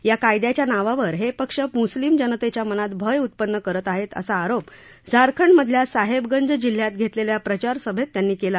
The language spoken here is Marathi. या कायद्याच्या नावावर हे पक्ष मुस्लिम जनतेच्या मनात भय उत्पन्न करत आहेत असा आरोप झारखंडमधल्या साहेबगंज जिल्ह्यात घेतलेल्या प्रचारसभेत त्यांनी केला